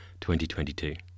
2022